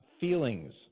feelings